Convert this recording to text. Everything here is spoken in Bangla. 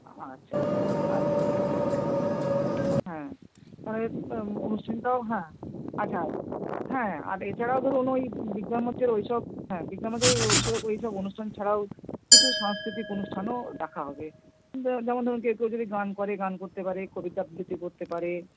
আ আচ্ছা আচ্ছা আচ্ছা ঠিক আছে হ্যাঁ পরে অনুষ্ঠানটাও হ্যাঁ আচ্ছা হ্যাঁ আর এছাড়াও ধরুন ওই বিজ্ঞান মঞ্চের ওই সব হ্যাঁ বিজ্ঞান মঞ্চের ওসব ওই সব অনুষ্ঠান ছাড়াও কিছু সাংস্কৃতিক অনুষ্ঠানও রাখা হবে যেমন ধরুন কেউ কেউ যদি গান করে গান করতে পারে কবিতা আবৃত্তি করতে পারে